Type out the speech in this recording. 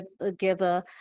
together